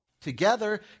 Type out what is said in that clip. Together